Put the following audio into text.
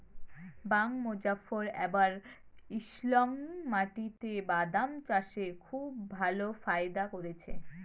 বাঃ মোজফ্ফর এবার ঈষৎলোনা মাটিতে বাদাম চাষে খুব ভালো ফায়দা করেছে